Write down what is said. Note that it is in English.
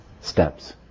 steps